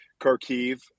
Kharkiv